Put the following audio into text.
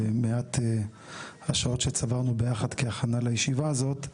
במעט השעות שצברנו ביחד כהכנה לישיבה הזאת,